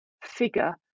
figure